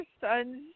son's